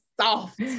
soft